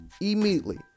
immediately